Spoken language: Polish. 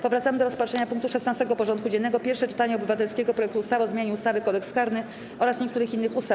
Powracamy do rozpatrzenia punktu 16. porządku dziennego: Pierwsze czytanie obywatelskiego projektu ustawy o zmianie ustawy - Kodeks karny oraz niektórych innych ustaw.